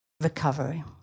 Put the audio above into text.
recovery